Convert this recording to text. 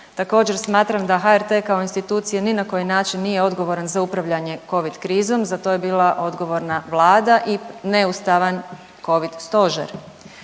Također smatram da HRT kao institucija ni na koji način nije odgovoran za upravljanje Covid krizom, za to je bila odgovorna Vlada i neustavan Covid stožer.